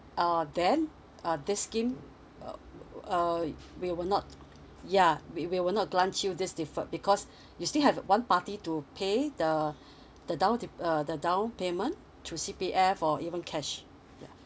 uh then uh this scheme uh uh we will not yeah we we were not glance you this differed because you still have one party to pay the the down dep~ uh the down payment through C_P_F or even cash yeah